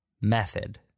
method